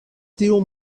tiu